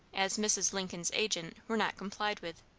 as mrs. lincoln's agent, were not complied with.